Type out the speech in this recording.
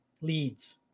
leads